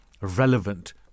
relevant